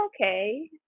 okay